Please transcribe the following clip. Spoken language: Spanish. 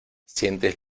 sientes